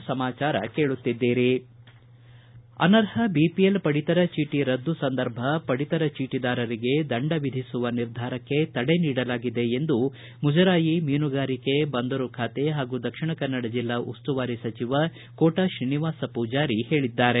ಪ್ರದೇಶ ಸಮಾಚಾರ ಕೇಳುತ್ತಿದ್ದೀರಿ ಅನರ್ಹ ಬಿಪಿಎಲ್ ಪಡಿತರ ಚೀಟಿ ರದ್ದು ಸಂದರ್ಭ ಪಡಿತರ ಚೀಟಿದಾರರಿಗೆ ದಂಡ ವಿಧಿಸುವ ನಿರ್ಧಾರಕ್ಕೆ ತಡೆ ನೀಡಲಾಗಿದೆ ಎಂದು ಮುಜರಾಯಿ ಮೀನುಗಾರಿಕೆ ಬಂದರು ಖಾತೆ ಹಾಗೂ ದಕ್ಷಿಣ ಕನ್ನಡ ಜಿಲ್ಲಾ ಉಸ್ತುವಾರಿ ಸಚಿವ ಕೋಟ ತ್ರೀನಿವಾಸ ಪೂಜಾರಿ ತಿಳಿಸಿದ್ದಾರೆ